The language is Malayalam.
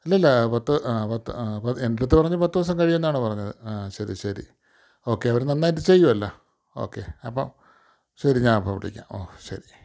ഇല്ല ഇല്ല പത്ത് പത്ത് പത്ത് എൻ്റെ അടുത്ത് പറഞ്ഞു പത്ത് ദിവസം കഴിയുമെന്നാണ് പറഞ്ഞത് ആ ശരി ശരി ഓക്കേ അവർ നന്നായിട്ട് ചെയ്യുമല്ലോ ഓക്കേ അപ്പം ശരി ഞാനിപ്പോൾ വിളിക്കാം ഓഹ് ശരി